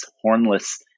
hornless